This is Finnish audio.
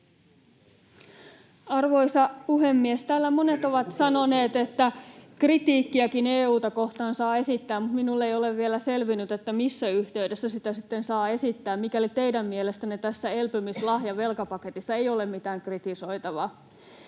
Arvoisa puhemies! Täällä monet ovat sanoneet, että kritiikkiäkin EU:ta kohtaan saa esittää, mutta minulle ei ole vielä selvinnyt, missä yhteydessä sitä sitten saa esittää, mikäli teidän mielestänne tässä elpymislahjavelkapaketissa ei ole mitään kritisoitavaa.